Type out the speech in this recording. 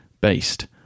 based